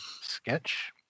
sketch